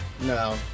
No